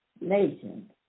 nation